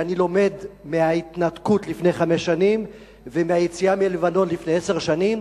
שאני לומד מההתנתקות לפני חמש שנים ומהיציאה מלבנון לפני עשר שנים,